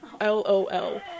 L-O-L